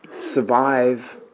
survive